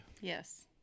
Yes